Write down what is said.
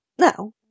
No